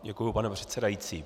Děkuji, pane předsedající.